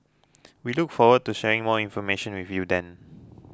we look forward to sharing more information with you then